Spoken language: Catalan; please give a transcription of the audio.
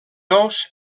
ous